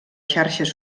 xarxes